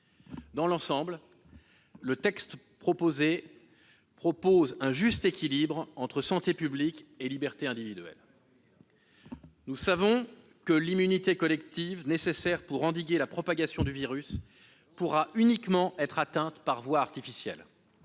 Dans l'ensemble, le texte qui nous est soumis propose un juste équilibre entre santé publique et libertés individuelles. Nous le savons, l'immunité collective nécessaire pour endiguer la propagation du virus pourra uniquement être atteinte par voie artificielle,